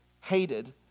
hated